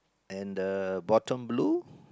and the bottom blue